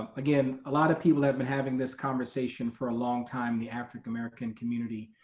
um again, a lot of people have been having this conversation for a long time, the african american community.